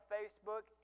Facebook